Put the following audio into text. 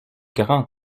grand